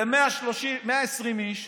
זה 120 איש,